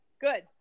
good